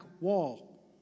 wall